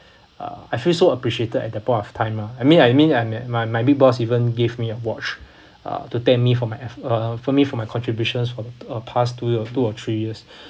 uh I feel so appreciated at that point of time lah I mean I mean like my my my big boss even gave me a watch uh to thank me for my ef~ uh thank me for my contributions from uh past two year uh two or three years